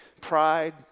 pride